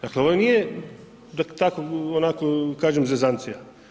Dakle ovo nije, da tako onako kažem zezancija.